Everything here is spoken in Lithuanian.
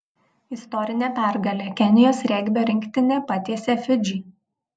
istorinė pergalė kenijos regbio rinktinė patiesė fidžį